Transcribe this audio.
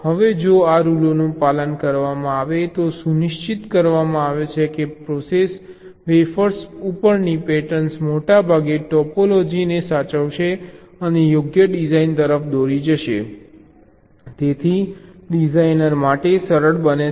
હવે જો આ રૂલોનું પાલન કરવામાં આવે તો તે સુનિશ્ચિત કરવામાં આવે છે કે પ્રોસેસ વેફર્સ ઉપરની પેટર્ન મોટાભાગે ટોપોલોજીને સાચવશે અને યોગ્ય ડિઝાઇન તરફ દોરી જશે તેથી ડિઝાઇનર માટે આ સરળ બને છે